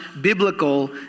biblical